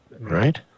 Right